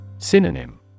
Synonym